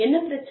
என்ன பிரச்சனை